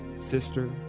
sister